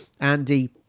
Andy